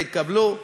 התקבלו,